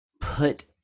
put